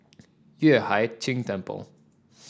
Yueh Hai Ching Temple